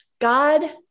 God